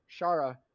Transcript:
Shara